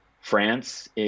France